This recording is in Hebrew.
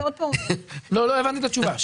לא הבנתי את התשובה.